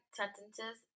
sentences